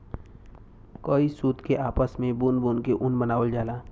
कई सूत के आपस मे बुन बुन के ऊन बनावल जाला